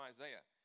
Isaiah